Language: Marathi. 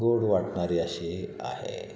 गोड वाटणारी अशी आहे